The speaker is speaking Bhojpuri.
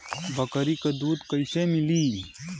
बकरी क दूध कईसे मिली?